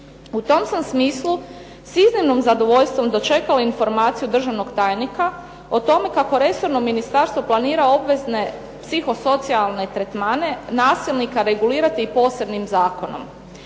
U tom sam smislu s iznimnim zadovoljstvom dočekala informaciju državnog tajnika o tome kako resorno Ministarstvo planira obvezne psiho socijalne tretmane nasilnika regulirati posebnim zakonom.